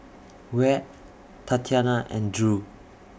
Wyatt Tatyana and Drew